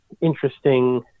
interesting